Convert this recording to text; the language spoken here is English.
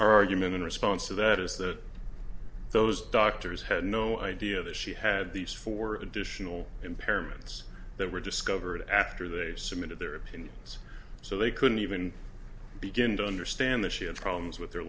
argument in response to that is that those doctors had no idea that she had these four additional impairments that were discovered after they submitted their opinions so they couldn't even begin to understand that she had problems with their